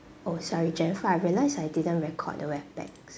oh sorry jennifer I realised I didn't record the